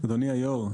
אדוני היו"ר,